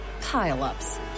pile-ups